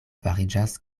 fariĝas